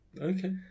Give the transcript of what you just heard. Okay